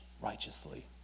righteously